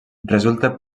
resulta